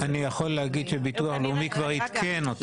אני יכול להגיש שביטוח לאומי כבר עדכן אותנו.